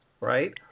right